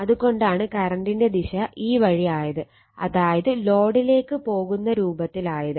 അത് കൊണ്ടാണ് കറണ്ടിന്റെ ദിശ ഈ വഴി ആയത് അതായത് ലോഡിലേക്ക് പോകുന്ന രൂപത്തിൽ ആയത്